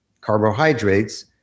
Carbohydrates